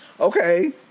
Okay